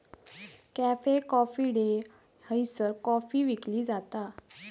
cafe coffee day हयसर coffee विकली जाता